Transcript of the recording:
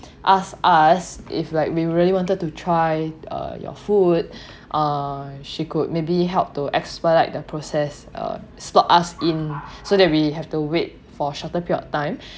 asked us if like we really wanted to try uh your food uh she could maybe helped to expedite the process uh slot us in so that we have to wait for shorter period of time